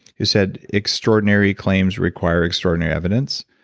who said, extraordinary claims require extraordinary evidence.